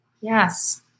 Yes